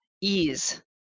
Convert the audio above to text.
ease